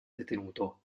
detenuto